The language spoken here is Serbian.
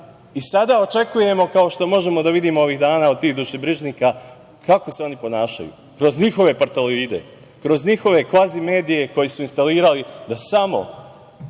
i sada očekujemo, kao što možemo da vidimo ovih dana od tih dušebrižnika kako se oni ponašaju kroz njihove portaloide, kroz njihove kvazi medije koje su instalirali da samo